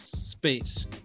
space